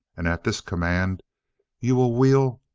and at this command you will wheel,